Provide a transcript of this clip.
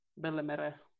Bellemere